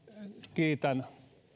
kiitän